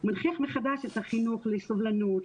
מוכיח מחדש את החינוך לסובלנות,